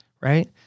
right